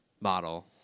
model